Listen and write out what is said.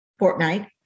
Fortnite